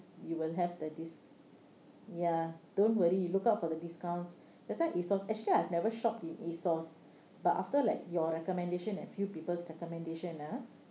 you will have the dis~ ya don't worry look out for the discounts that's why a source actually I've never shop in a sauce but after like your recommendation and few people's recommendation ah